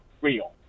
real